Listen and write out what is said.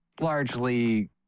largely